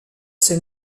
ses